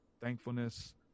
thankfulness